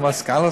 לא מסגן השר.